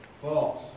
False